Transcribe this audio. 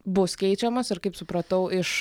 bus keičiamos ir kaip supratau iš